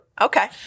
Okay